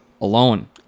Alone